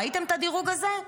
ראיתם את הדירוג הזה?